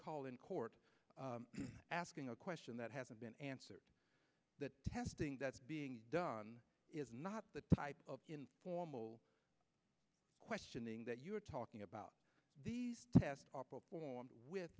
call in court asking a question that hasn't been answered the testing that's being done is not the type of formal questioning that you are talking about the tests are performed with